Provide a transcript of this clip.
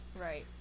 right